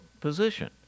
position